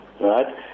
Right